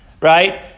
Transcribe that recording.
right